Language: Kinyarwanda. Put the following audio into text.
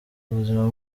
ubuzima